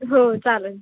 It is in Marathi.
हो चालेल